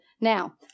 Now